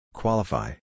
Qualify